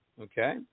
okay